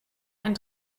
ein